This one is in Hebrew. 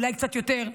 אולי קצת יותר,